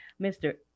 Mr